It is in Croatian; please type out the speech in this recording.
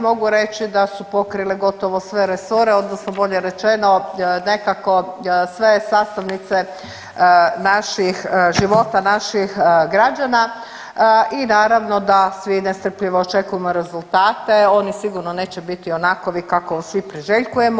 Mogu reći da su pokrile gotovo sve resore, odnosno bolje rečeno nekako sve sastavnice naših života naših građana i naravno da svi nestrpljivo očekujemo rezultate, oni sigurno neće biti onakovi kako svi priželjkuje.